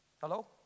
Hello